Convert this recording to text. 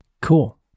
Cool